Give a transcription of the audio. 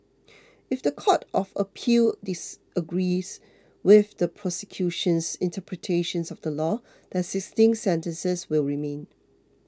if the court of appeal disagrees with the prosecution's interpretation of the law the existing sentences will remain